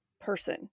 person